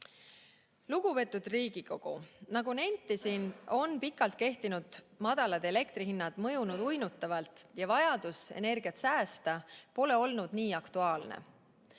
Lugupeetud Riigikogu! Nagu nentisin, on pikalt kehtinud madalad elektrihinnad mõjunud uinutavalt ja vajadus energiat säästa pole olnud nii aktuaalne.